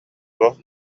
туох